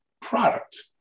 product